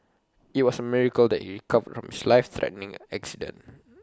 IT was A miracle that he recovered from his life threatening accident